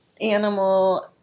animal